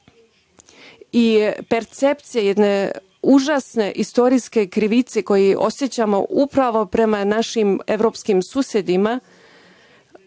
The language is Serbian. i percepcije užasne istorijske krivice koje osećamo prema našim evropskim susedima,